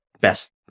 best